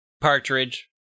Partridge